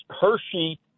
Hershey